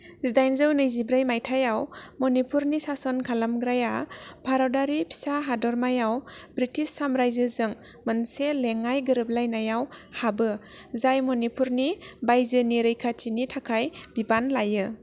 जिदाइनजौ नैजि ब्रै मायथाइआव मणिपुरनि सासन खालामग्राया भारतारि फिसा हादरमायाव ब्रिटिश सामरायजोजों मोनसे लेङाइ गोरोबलायनायाव हाबो जाय मणिपुरनि बायजोनि रैखाथिनि थाखाय बिबान लायो